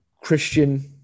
Christian